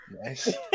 Nice